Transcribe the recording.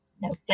no